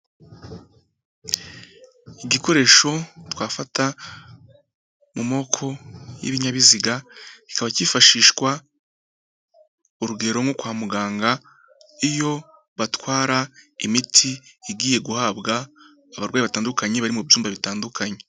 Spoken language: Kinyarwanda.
Igikoresho twafata mu moko y'ibinyabiziga, kikaba cyifashishwa urugero nko kwa muganga, iyo batwara imiti igiye guhabwa abarwayi batandukanye bari mu byumba bitandukanye.